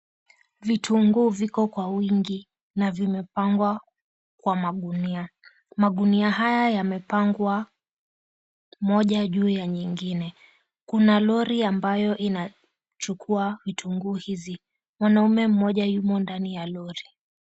Vitunguu viko kwa wingi na vimepangwa kwa magunia. Magunia haya yamepangwa mojja juu ya nyingine. Kuna lori ambayo ina chukua vitunguu hizi. Mwanaume mmoja yumo ndani ya lori.